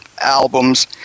albums